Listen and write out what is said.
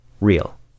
real